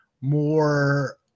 more